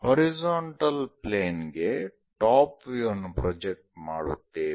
horizontal plane ಗೆ top view ಅನ್ನು project ಮಾಡುತ್ತೇವೆ